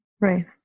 Right